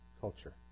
culture